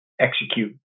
execute